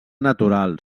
natural